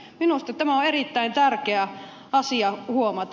minusta tämä on erittäin tärkeä asia huomata